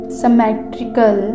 symmetrical